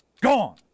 gone